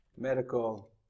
medical